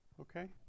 Okay